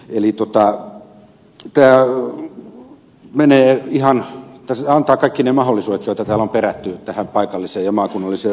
eli tämä antaa kaikki ne mahdollisuudet joita täällä on perätty paikalliseen ja maakunnalliseen vaikuttamiseen